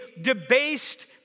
debased